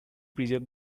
preserve